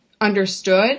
understood